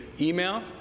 email